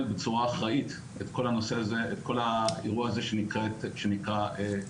בצורה אחראית את כל האירוע הזה שנקרא קורונה.